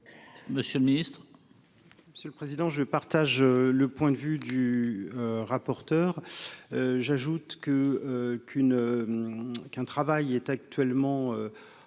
monsieur le Ministre. Monsieur le président, je partage le point de vue du rapporteur, j'ajoute que qu'une qu'un travail est actuellement